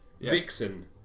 Vixen